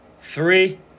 three